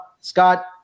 Scott